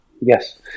Yes